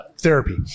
therapy